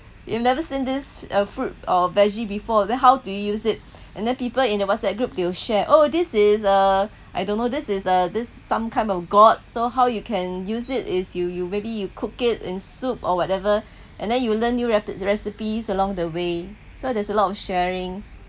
you've never seen this uh fruit or veggie before then how do you use it and then people in a whatsapp group they will share oh this is uh I don't know this is a this is some kind of god so how you can use it is you you maybe you cook it in soup or whatever and then you learn new recipe~ recipes along the way so there's a lot of sharing